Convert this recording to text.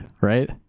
right